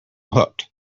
hooked